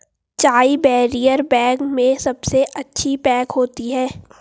चाय barrier bag में सबसे अच्छी पैक होती है